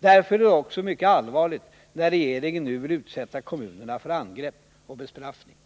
Därför är det också mycket allvarligt när regeringen vill utsätta kommunerna för angrepp och bestraffningar.